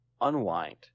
unwind